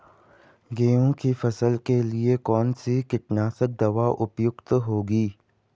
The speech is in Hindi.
गेहूँ की फसल के लिए कौन सी कीटनाशक दवा उपयुक्त होगी?